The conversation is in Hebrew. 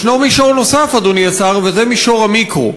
יש מישור נוסף, אדוני השר, וזה מישור המיקרו.